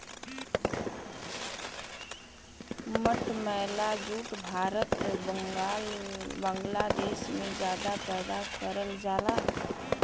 मटमैला जूट भारत बांग्लादेश में जादा पैदा करल जाला